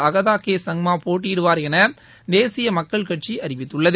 Agatha K Sangma போட்டியிடுவார் என தேசிய மக்கள் கட்சி அறிவித்துள்ளது